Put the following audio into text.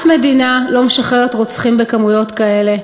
שום מדינה לא משחררת רוצחים בכמויות כאלה.